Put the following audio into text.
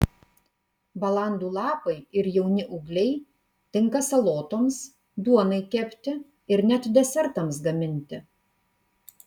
balandų lapai ir jauni ūgliai tinka salotoms duonai kepti ir net desertams gaminti